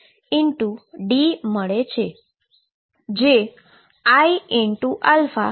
જે iαkD છે